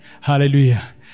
Hallelujah